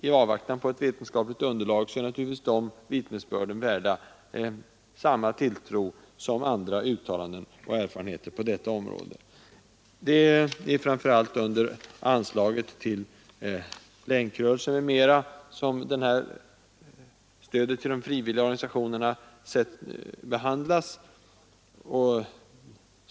I avvaktan på ett vetenskapligt underlag är naturligtvis de vittnesbörden värda samma tilltro som andra uttalanden och erfarenheter. Det är framför allt under anslaget Bidrag till Länkrörelsen m.m. som stödet till de frivilliga organisationerna behandlas.